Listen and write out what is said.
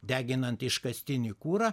deginant iškastinį kurą